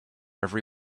every